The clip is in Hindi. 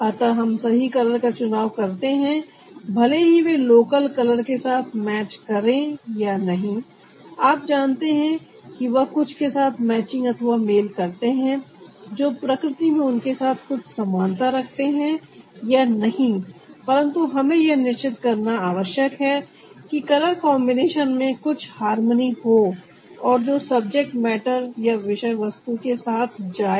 अतः हम सही कलर का चुनाव करते हैं भले ही वे लोकल कलर के साथ मैच करें या नहीं आप जानते हैं कि वह कुछ के साथ मैचिंग अथवा मेल करते हैं जो प्रकृति में उनके साथ कुछ समानता रखते हैं या नहीं परंतु हमें यह निश्चित करना आवश्यक है कि कलर कॉन्बिनेशन में कुछ हार्मनी हो और जो सब्जेक्ट मैटर या विषय वस्तु के साथ जाए